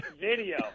video